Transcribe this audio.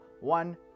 one